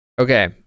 Okay